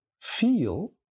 feel